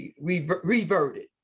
reverted